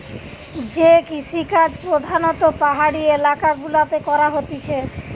যে কৃষিকাজ প্রধাণত পাহাড়ি এলাকা গুলাতে করা হতিছে